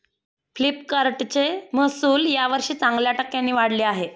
फ्लिपकार्टचे महसुल यावर्षी चांगल्या टक्क्यांनी वाढले आहे